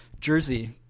jersey